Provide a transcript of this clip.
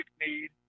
need